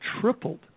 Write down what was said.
tripled